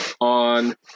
on